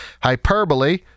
hyperbole